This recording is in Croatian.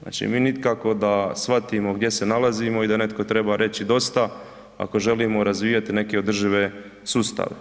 Znači, mi nikako da shvatim gdje se nalazimo i da netko treba reći dosta ako želimo razvijati neke održive sustave.